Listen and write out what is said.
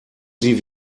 sie